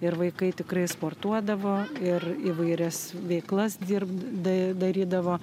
ir vaikai tikrai sportuodavo ir įvairias veiklas dirbd da darydavo